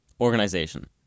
organization